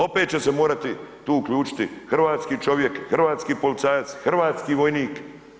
Opet će se tu morati uključiti hrvatski čovjek, hrvatski policajac, hrvatski vojnik.